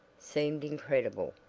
seemed incredible.